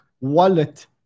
wallet